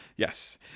Yes